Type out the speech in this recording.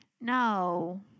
no